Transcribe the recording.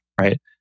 right